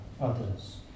others